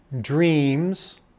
dreams